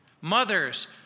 Mothers